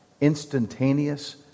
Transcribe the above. instantaneous